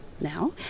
now